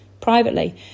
privately